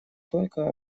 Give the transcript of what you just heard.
только